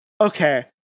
Okay